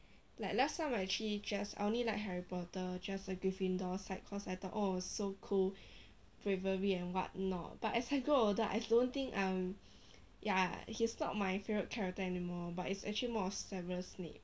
like last time I actually just I only like harry potter just the gryffindor side cause I thought oh so cool bravery and what not but as I grow older I don't think I'm ya he's not my favorite character anymore but it's actually more of severus snape